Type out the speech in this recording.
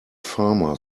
farmer